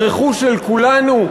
הרכוש של כולנו,